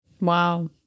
Wow